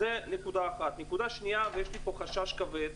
נקודה שנייה, ויש לי פה חשש כבד